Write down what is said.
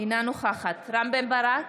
אינה נוכחת רם בן ברק,